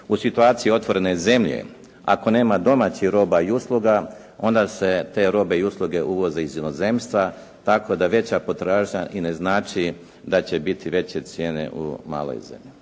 U situaciji otvorene zemlje, ako nema domaćih roba i usluga, onda se te robe i usluge uvoze iz inozemstva, tako da veća potražnja i ne znači da će biti veće cijene u maloj zemlji.